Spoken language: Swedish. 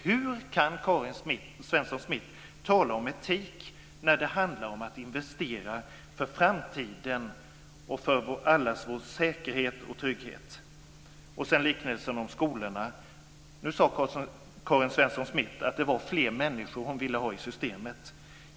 Hur kan Karin Svensson Smith tala om etik när det handlar om att investera för framtiden och för allas vår säkerhet och trygghet? Vad gäller liknelsen med skolorna vill jag säga så här: Nu sade Karin Svensson Smith att det var fler människor hon ville ha i systemet.